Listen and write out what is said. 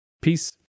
Peace